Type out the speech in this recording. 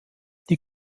die